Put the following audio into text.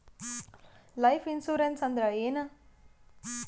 Life insurance ಅಂದ್ರ ಏನ?